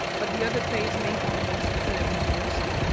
but the other page may have more sensitive information.